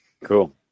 Cool